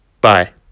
Bye